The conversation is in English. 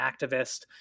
activist